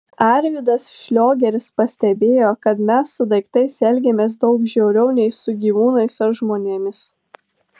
arvydas šliogeris pastebėjo kad mes su daiktais elgiamės daug žiauriau nei su gyvūnais ar žmonėmis